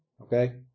Okay